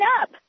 up